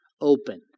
Open